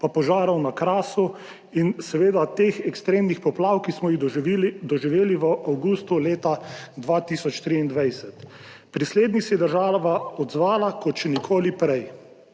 pa požarov na Krasu in seveda teh ekstremnih poplav, ki smo jih doživeli v avgustu leta 2023. Pri slednjih se je država odzvala kot še nikoli prej.